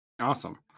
Awesome